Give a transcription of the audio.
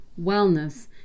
wellness